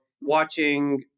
watching